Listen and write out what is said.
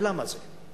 ולמה זה?